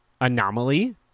anomaly